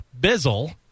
Bizzle